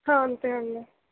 అంతే అండి